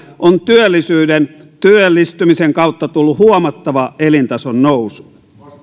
on työllisyyden työllistymisen kautta tullut huomattava elintason nousu